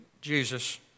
Jesus